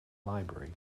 library